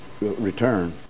return